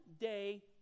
day